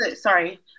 sorry